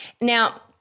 now